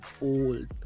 old